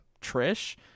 Trish